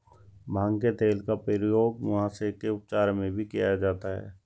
भांग के तेल का प्रयोग मुहासे के उपचार में भी किया जाता है